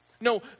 No